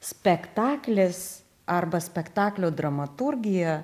spektaklis arba spektaklio dramaturgija